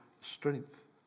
strength